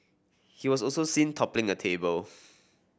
he was also seen toppling a table